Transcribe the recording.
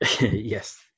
Yes